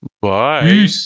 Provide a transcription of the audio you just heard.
Bye